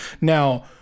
Now